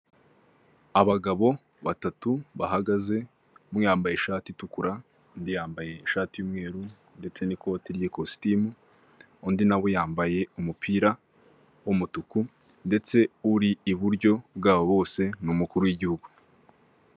Abagabo batatu bahagaze umwe yambaye ishati itukura undi yambaye ishati y'umweru, ndetse n'ikoti ry'ikositimu, undi nawe yambaye umupira w'umutuku ndetse uri iburyo bwabo bose ni umukuru w'igihugu.